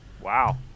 Wow